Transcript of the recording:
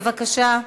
בבקשה.